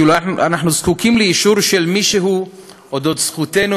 כי אנחנו זקוקים לאישור של מישהו על זכותנו